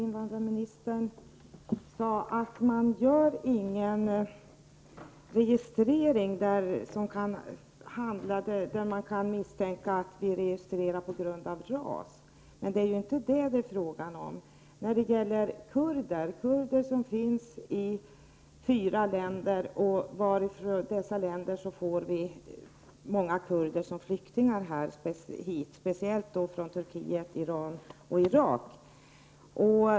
Herr talman! Invandrarministern sade att registreringen skall vara sådan att man inte kan misstänka att det gäller registrering av ras. Men det är inte det som det är fråga om här. Det finns ju kurder i fyra länder. Många kommer hit som flyktingar — framför allt från Turkiet, Iran och Irak.